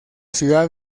ciudad